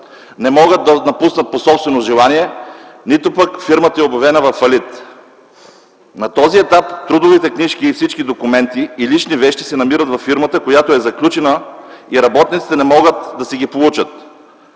не могат да напуснат по собствено желание, нито пък фирмата е обявена във фалит. На този етап трудовите книжки и всички документи, както и лични вещи, се намират във фирмата, която е заключена и работниците не могат да си ги получат.